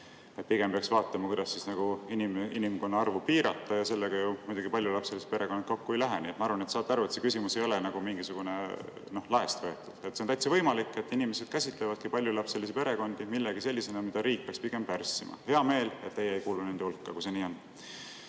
et pigem peaks vaatama, kuidas inimkonna suurust piirata, ja sellega ju muidugi paljulapselised perekonnad kokku ei lähe. Nii et ma arvan, et te saate aru, et see küsimus ei ole laest võetud. On täitsa võimalik, et inimesed käsitlevadki paljulapselisi perekondi millegi sellisena, mida riik peaks pigem pärssima. Mul on hea meel, et teie ei kuulu nende hulka, kui see nii